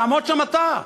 תעמוד שם אתה.